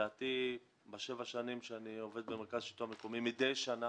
לדעתי בשבע השנים שאני עובד במרכז השלטון המקומי מידי שנה